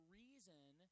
reason